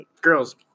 Girls